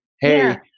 hey